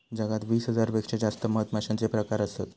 जगात वीस हजार पेक्षा जास्त मधमाश्यांचे प्रकार असत